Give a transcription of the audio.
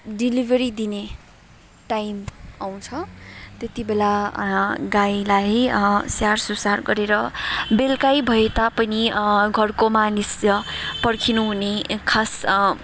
delivery दिने time आउँछ त्यति बेला गाईलाई स्याहारसुसार गरेर बेलुकै भए तापनि घरको मानिस पर्खिनुहुने खास